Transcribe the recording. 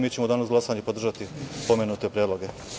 Mi ćemo u danu za glasanje podržati pomenute predloge.